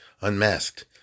Unmasked